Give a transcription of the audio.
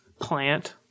Plant